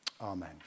amen